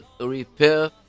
repair